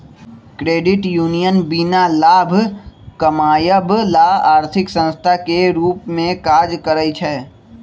credit union बीना लाभ कमायब ला आर्थिक संस्थान के रूप में काज़ करइ छै